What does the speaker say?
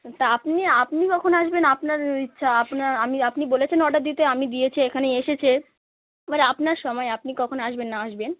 তা আপনি আপনি কখন আসবেন আপনার ইচ্ছা আপনা আমি আপনি বলেছেন অডার দিতে আমি দিয়েছি এখানে এসেছে এবারে আপনার সময় আপনি কখন আসবেন না আসবেন